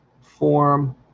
form